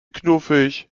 knuffig